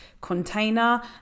container